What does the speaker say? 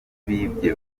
bibye